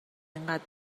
اینقدر